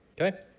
Okay